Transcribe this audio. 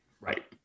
Right